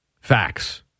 Facts